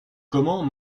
comment